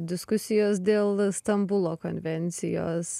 diskusijos dėl stambulo konvencijos